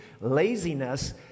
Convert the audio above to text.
Laziness